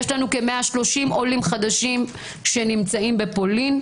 יש לנו כ-130 עולים חדשים שנמצאים בפולין,